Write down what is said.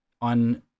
on